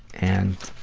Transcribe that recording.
and,